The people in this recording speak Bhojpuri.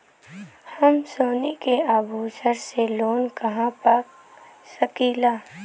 हम सोने के आभूषण से लोन कहा पा सकीला?